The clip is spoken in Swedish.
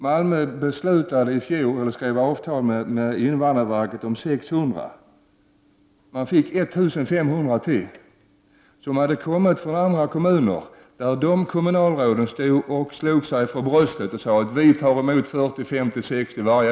Malmö kommun skrev i fjol ett avtal med invandrarverket om att man skulle ta emot 600 flyktingar. Man fick ytterligare 1 500, som kom från andra kommuner.